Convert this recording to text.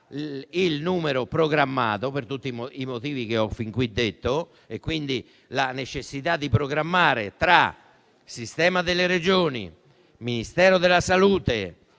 il numero programmato, per tutti i motivi che ho fin qui detto. Vi è la necessità di programmare tra sistema delle Regioni, Ministero della salute,